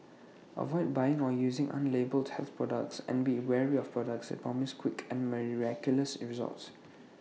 avoid buying or using unlabelled health products and be wary of products that promise quick and miraculous results